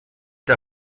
der